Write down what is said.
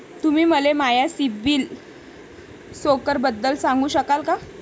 तुम्ही मले माया सीबील स्कोअरबद्दल सांगू शकाल का?